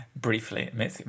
Briefly